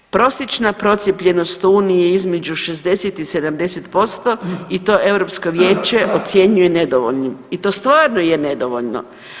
Prosječna procijepljenost Unije je između 60 i 70% i to Europsko vijeće ocjenjuje nedovoljnim i to stvarno je nedovoljno.